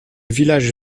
village